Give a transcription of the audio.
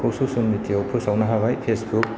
खौ ससियेल मिडियायाव फोसावनो हाबाय फेसबुक